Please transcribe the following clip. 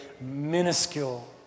minuscule